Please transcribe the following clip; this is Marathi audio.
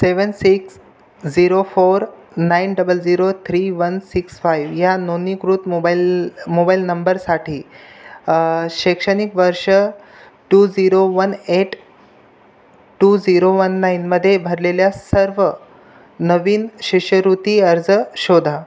seven six zero four nine double zero three one six five या नोंदणीकृत मोबाईल मोबाइल नंबरसाठी शैक्षणिक वर्ष two zero one eight two zero one नाईनमध्ये भरलेल्या सर्व नवीन शिष्यवृत्ती अर्ज शोधा